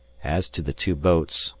as to the two boats,